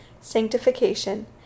sanctification